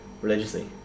religiously